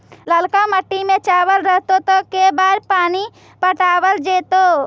ललका मिट्टी में चावल रहतै त के बार पानी पटावल जेतै?